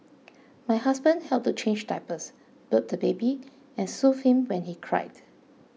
my husband helped to change diapers burp the baby and soothe him when he cried